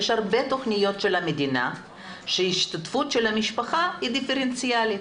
יש הרבה תוכניות של המדינה שהשתתפות של המשפחה היא דיפרנציאלית.